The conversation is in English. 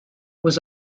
was